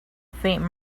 faint